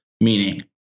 meaning